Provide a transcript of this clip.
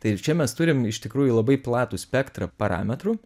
tai čia mes turim iš tikrųjų labai platų spektrą parametrų